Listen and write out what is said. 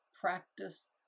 practice